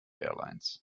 airlines